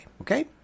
Okay